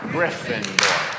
Gryffindor